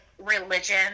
religion